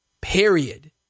period